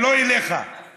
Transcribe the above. לא, לא, לא.